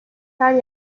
her